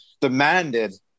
demanded